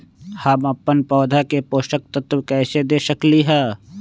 हम अपन पौधा के पोषक तत्व कैसे दे सकली ह?